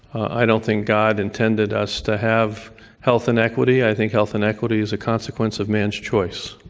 i don't think god intended us to have health inequity. i think health inequity is a consequence of man's choice,